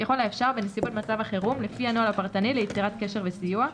ככל האפשר בנסיבות מצב החירום לפי הנוהל הפרטני ליצירת קשר וסיוע,